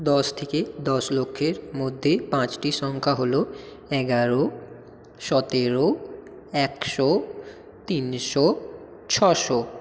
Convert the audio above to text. দশ থেকে দশ লক্ষের মধ্যে পাঁচটি সংখ্যা হলো এগারো সতেরো একশো তিনশো ছশো